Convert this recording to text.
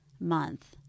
month